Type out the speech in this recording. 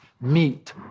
meet